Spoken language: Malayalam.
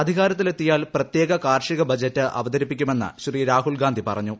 അധികാരത്തിലെത്തിയാൽ പ്രത്യേക കാർഷിക ബജറ്റ് അവതരിപ്പിക്കുമെന്ന് ശ്രീ രാഹുൽ ഗാന്ധി പറഞ്ഞു